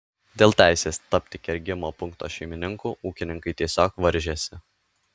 dėl teisės tapti kergimo punkto šeimininku ūkininkai tiesiog varžėsi